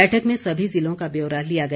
बैठक में सभी जिलों का ब्यौरा लिया गया